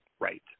right